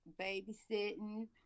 babysitting